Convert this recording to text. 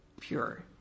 pure